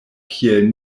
kiel